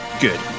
Good